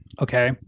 Okay